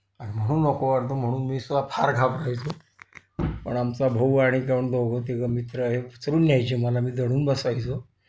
आणि म्हणून नको वाटतं म्हणून मी सुद्धा फार घाबरायचो पण आमचा भाऊ आणि कोण दोघं तिघं मित्र हे उचलून न्यायचे मला मी दडून बसायचो